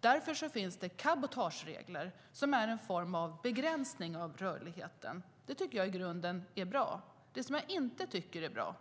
Därför finns det cabotageregler, som är en form av begränsning av rörligheten. Det tycker jag i grunden är bra. Det som jag inte tycker är bra